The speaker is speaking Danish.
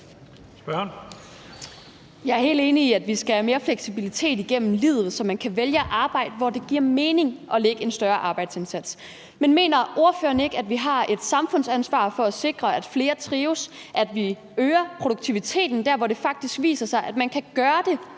Jeg er helt enig i, at vi skal have mere fleksibilitet igennem livet, så man kan vælge at arbejde, når det giver mening at lægge en større arbejdsindsats. Men mener ordføreren ikke, at vi har et samfundsansvar for at sikre, at flere trives, at vi øger produktiviteten der, hvor det faktisk viser sig, at man kan gøre det